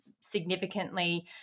significantly